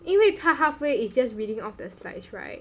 因为他 halfway is just reading off the slides right